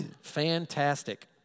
Fantastic